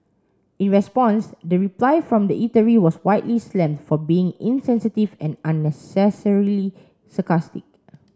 in response the reply from the eatery was widely slammed for being insensitive and unnecessarily sarcastic